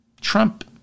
Trump